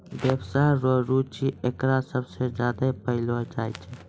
व्यवसाय रो रुचि एकरा सबसे ज्यादा पैलो जाय छै